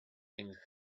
things